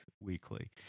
Weekly